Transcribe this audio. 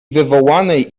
wywołanej